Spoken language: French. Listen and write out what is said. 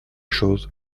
chose